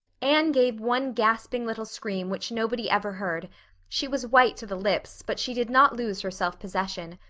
anne gave one gasping little scream which nobody ever heard she was white to the lips, but she did not lose her self-possession.